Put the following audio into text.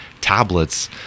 tablets